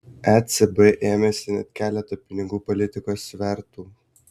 ecb ėmėsi net keleto pinigų politikos svertų